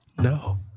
No